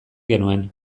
genuen